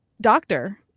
doctor